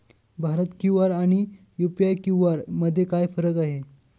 Bharat QR आणि UPI QR मध्ये काय फरक आहे?